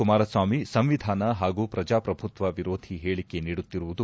ಕುಮಾರಸ್ವಾಮಿ ಸಂವಿಧಾನ ಹಾಗೂ ಪ್ರಜಾಪ್ರಭುತ್ವ ವಿರೋಧಿ ಹೇಳಿಕೆ ನೀಡುತ್ತಿರುವುದು